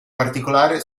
particolare